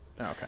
Okay